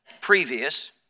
previous